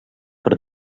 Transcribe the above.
per